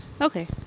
Okay